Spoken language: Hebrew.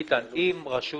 ביטן, אם רשות